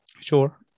sure